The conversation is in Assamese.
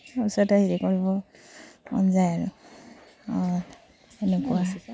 তাৰ পাছতে হেৰি কৰিব মন যায় আৰু অঁ সেনেকুৱা